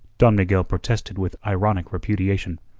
don miguel protested with ironic repudiation.